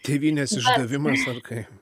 tėvynės išdavimas ar kai